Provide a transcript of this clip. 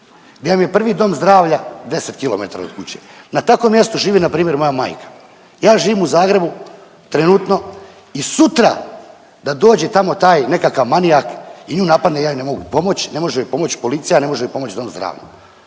gdje vam je prvi dom zdravlja 10 km od kuće. Na takvom mjestu živi npr. moja majka. Ja živim u Zagrebu trenutno i sutra da dođe tamo taj nekakav manijak i nju napadne, ja joj ne mogu pomoć, ne može joj pomoć policija, ne može joj pomoći dom zdravlja.